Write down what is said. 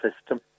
system